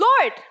Lord